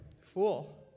fool